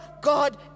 God